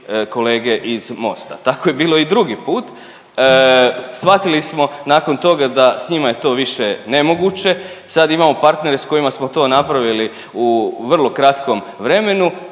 kolege iz Mosta. Tako je bilo i drugi put. Svatili smo nakon toga da s njima je to više nemoguće, sad imamo partnere s kojima smo to napravili u vrlo kratkom vremenu